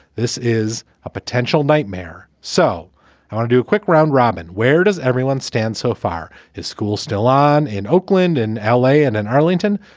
this is a potential. nightmare. so i i want to do a quick round robin, where does everyone stand so far? his school still on in oakland and l a. and in arlington.